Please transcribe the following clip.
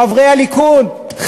חברי הליכוד,